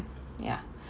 ya